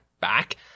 back